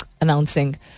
announcing